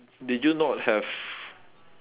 did you not have